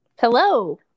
Hello